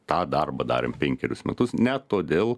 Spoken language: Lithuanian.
tą darbą darėm penkerius metus ne todėl